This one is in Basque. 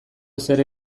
ezer